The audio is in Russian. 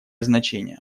значение